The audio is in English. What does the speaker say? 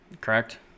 Correct